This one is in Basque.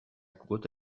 kuota